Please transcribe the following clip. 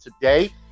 today